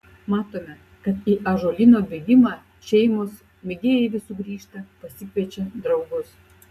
matome kad į ąžuolyno bėgimą šeimos mėgėjai vis sugrįžta pasikviečia draugus